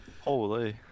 holy